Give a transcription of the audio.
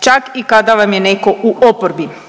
čak i kada vam je neko u oporbi.